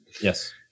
Yes